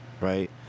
right